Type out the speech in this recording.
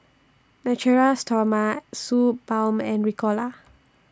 Natura Stoma Suu Balm and Ricola